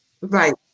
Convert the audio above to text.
Right